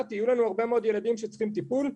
יהיו לנו הרבה מאוד ילדים שצריכים טיפול,